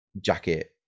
jacket